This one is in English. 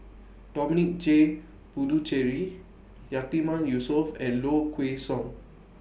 Dominic J Puthucheary Yatiman Yusof and Low Kway Song